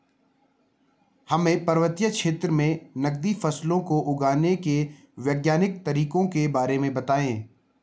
हमें पर्वतीय क्षेत्रों में नगदी फसलों को उगाने के वैज्ञानिक तरीकों के बारे में बताइये?